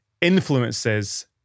influences